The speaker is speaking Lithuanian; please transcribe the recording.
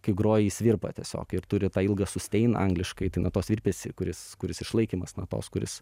kai groji jis virpa tiesiog ir turi tą ilgą sustein angliškai tai natos virpesį kuris kuris išlaikymas natos kuris